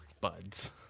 Buds